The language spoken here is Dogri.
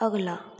अगला